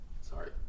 Sorry